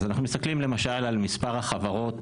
אנחנו מסתכלים למשל על מספר חברות